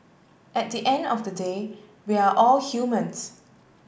at the end of the day we are all humans